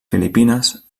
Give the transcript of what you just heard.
filipines